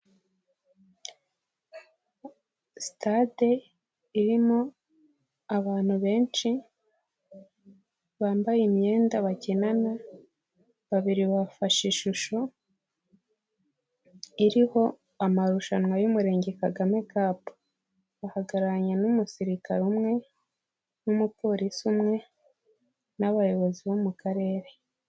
Sitade irimo abantu benshi bambaye imyenda bakinana, babiri bafashe ishusho iriho amarushanwa y'Umurenge Kagame kapu, bahagararanye n'umusirikare umwe n'umupolisi umwe n'Abayobozi bo mu Karere.